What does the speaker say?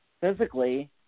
physically